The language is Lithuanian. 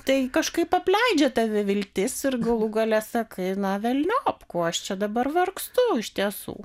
tai kažkaip apleidžia tave viltis ir galų gale sakai na velniop ko aš čia dabar vargstu iš tiesų